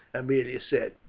aemilia said.